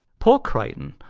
poor crichton!